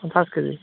পঞ্চাছ K G